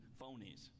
phonies